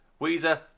Weezer